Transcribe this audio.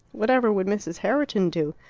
whatever would mrs. herriton do?